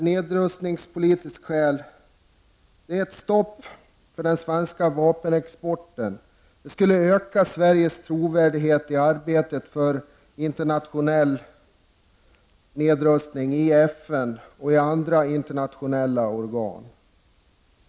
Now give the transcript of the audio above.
Nedrustningspolitiskt skulle ett stopp för den svenska vapenexporten öka Sveriges trovärdighet i arbetet för internationell nedrustning i FN och i andra internationella organ.